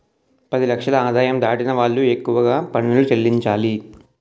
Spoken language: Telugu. పది లక్షల ఆదాయం దాటిన వాళ్లు ఎక్కువగా పనులు చెల్లించాలి